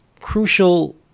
crucial